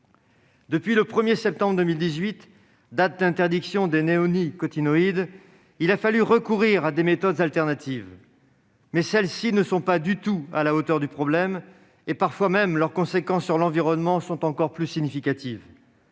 Depuis le 1 septembre 2018, date d'interdiction des néonicotinoïdes, il a fallu recourir à des méthodes alternatives, mais celles-ci ne sont pas du tout à la hauteur du problème et parfois même, leurs conséquences sur l'environnement sont encore plus significatives.